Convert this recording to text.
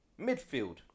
Midfield